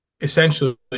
essentially